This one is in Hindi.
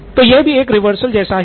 तो यह भी reversal जैसा ही है